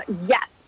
yes